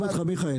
בעמק.